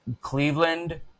Cleveland